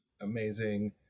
amazing